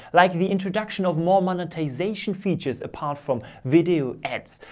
like the introduction of more monetization features apart from video ads.